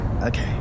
okay